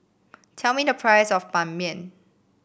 tell me the price of Ban Mian